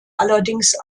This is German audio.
allerdings